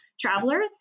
travelers